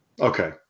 Okay